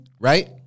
right